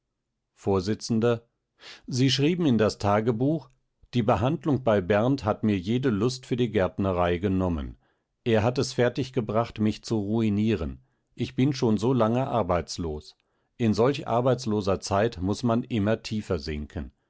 vors sie schrieben in das tagebuch die behandlung bei berndt hat mir jede lust für die gärtnerei genommen er hat es fertiggebracht mich zu ruinieren ich bin schon so lange arbeitslos in solch arbeitsloser zeit muß man immer tiefer sinken